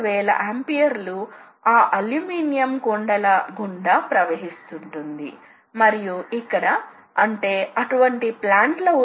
అదేవిధంగా మీకు circular interpolation ఉంటే మీరు ప్రారంభ సమయం ఇవ్వండి అని అడగాలి క్షమించండి